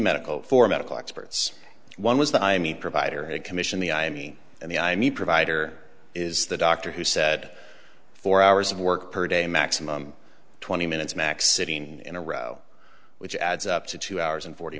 medical for medical experts one was the i mean provider had commission the i me and the i mean provider is the doctor who said four hours of work per day maximum twenty minutes max sitting in a row which adds up to two hours and forty